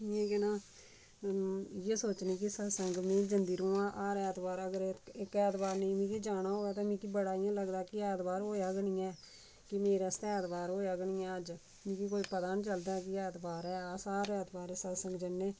केह् नांऽ इयै सोचनी कि सत्संग मि जंदी रवां हर ऐतबार अगर इक ऐतबार नेईं मिगी जान होऐ ते मिगी बड़ा इ'यां लगदा कि ऐतबार होएआ गै नी ऐ कि मेरा आस्तै ऐतबार होएआ गै नी ऐ अज्ज मिगी कोई पता गै नी चलदा ऐ कि ऐतबार ऐ अस हर ऐतबार सत्संग जन्ने